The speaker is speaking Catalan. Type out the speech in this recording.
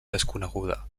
desconeguda